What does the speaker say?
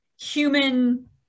human